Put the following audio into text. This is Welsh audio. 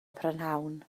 prynhawn